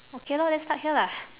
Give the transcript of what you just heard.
okay lor then stuck here lah